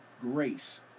grace